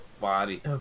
body